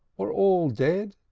were all dead,